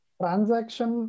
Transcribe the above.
transaction